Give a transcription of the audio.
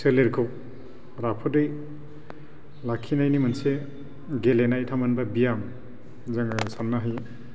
सोलेरखौ राफोदै लाखिनायनि मोनसे गेलेनाय थामहिनबा बियाम जोङो साननो हायो